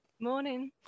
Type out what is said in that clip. Morning